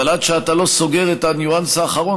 אבל עד שאתה לא סוגר את הניואנס האחרון